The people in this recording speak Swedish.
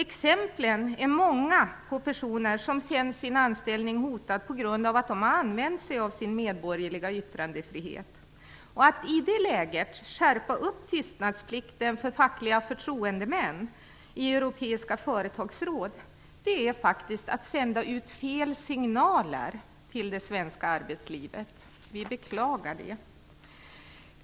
Exemplen är många på personer som känt sin anställning hotad på grund av att de har använt sig av sin medborgerliga yttrandefrihet. Att i det läget skärpa tystnadsplikten för fackliga förtroendemän i europeiska företagsråd är faktiskt att sända ut fel signaler till det svenska arbetslivet. Vi beklagar det.